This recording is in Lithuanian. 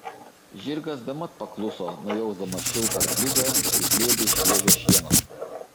žirgas bemat pakluso nujausdamas šiltą arklidę ir glėbį šviežio šieno